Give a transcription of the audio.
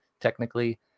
technically